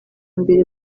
mbere